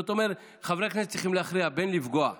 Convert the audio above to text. חברי כנסת צריכים להכריע בפגיעה